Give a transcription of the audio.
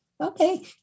Okay